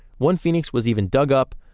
one phoenix was even dug up,